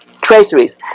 traceries